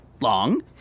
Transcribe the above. long